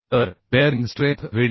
तर bearing strength Vdpb